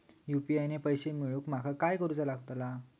UPI ने पैशे मिळवूक माका काय करूचा लागात?